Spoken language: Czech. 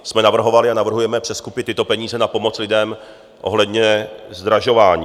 My jsme navrhovali a navrhujeme přeskupit tyto peníze na pomoc lidem ohledně zdražování.